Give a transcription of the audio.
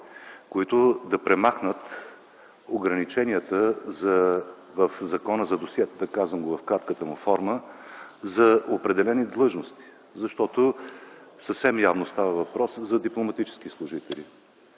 които да премахнат ограниченията в закона за досиетата – казвам го в кратката му форма, за определени длъжности, защото съвсем явно става въпрос за дипломатически служители.